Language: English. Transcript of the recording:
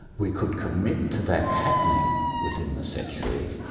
we could commit to that happening within the century,